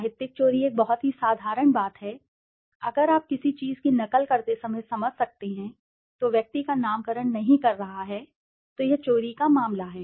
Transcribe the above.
साहित्यिक चोरी एक बहुत ही साधारण बात है अगर आप किसी चीज़ की नकल करते समय समझ सकते हैं और व्यक्ति का नामकरण नहीं कर रहा है तो यह चोरी का मामला है